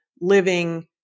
living